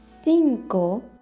cinco